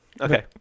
Okay